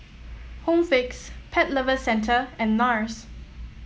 Home Fix Pet Lovers Centre and NARS